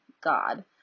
God